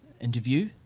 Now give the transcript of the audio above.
interview